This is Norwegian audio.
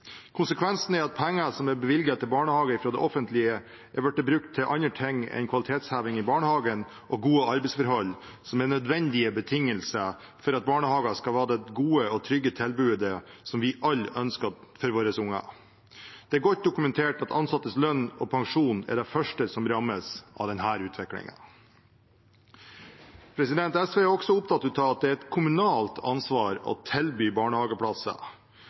Konsekvensen er at penger som er bevilget fra det offentlige, til barnehage, har blitt brukt til andre ting enn kvalitetsheving i barnehagen og gode arbeidsforhold, som er nødvendige betingelser for at barnehager skal ha det gode og trygge tilbudet som vi alle ønsker for våre unger. Det er godt dokumentert at ansattes lønn og pensjon er det første som rammes av denne utviklingen. SV er også opptatt av at det er et kommunalt ansvar å tilby barnehageplasser.